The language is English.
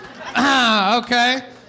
Okay